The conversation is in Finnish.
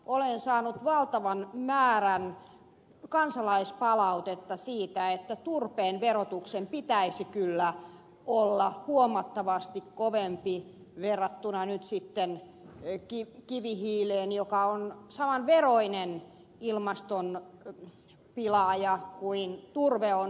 olen saanut valtavan määrän kansalaispalautetta siitä että turpeen verotuksen pitäisi kyllä olla huomattavasti kovempi verrattuna nyt sitten kivihiileen joka on samanveroinen ilmaston pilaaja kuin turve on